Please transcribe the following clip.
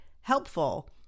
helpful